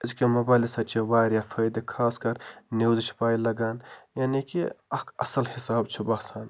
أزکٮ۪و موبایِلَو سۭتی چھِ واریاہ فایِدٕ خاص کر نِوزٕ چھِ پے لَگان یعنی کہ اکھ اصٕل حساب چھُ باسان